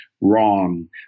wrong